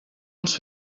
els